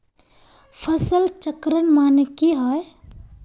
फसल चक्रण माने की होय?